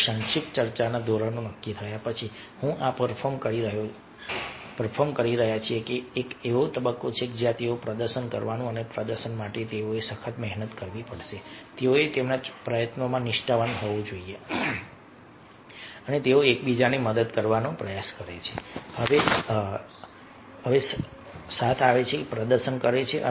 હવે સંક્ષિપ્ત ચર્ચાના ધોરણો નક્કી થયા પછી હા પરફોર્મ કરી રહ્યા છીએ હવે આ એક એવો તબક્કો છે જ્યાં તેઓએ પ્રદર્શન કરવાનું છે અને પ્રદર્શન માટે તેઓએ સખત મહેનત કરવી પડશે તેઓએ તેમના પ્રયત્નોમાં નિષ્ઠાવાન હોવું જોઈએ અને તેઓ એકબીજાને મદદ કરવાનો પ્રયાસ કરે છે સાથે આવે છે અને પ્રદર્શન કરે છે